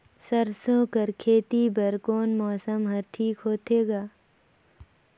सरसो कर खेती बर कोन मौसम हर ठीक होथे ग?